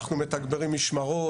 אנחנו מתגברים משמרות,